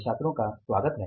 छात्रों का स्वागत हैं